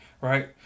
right